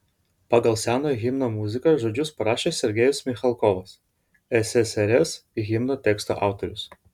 pagal senojo himno muziką žodžius parašė sergejus michalkovas ssrs himno teksto autorius